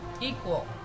equal